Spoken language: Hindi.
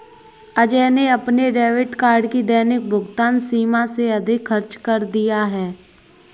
अजय ने अपने डेबिट कार्ड की दैनिक भुगतान सीमा से अधिक खर्च कर दिया